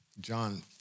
John